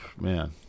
man